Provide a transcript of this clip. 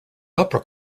opera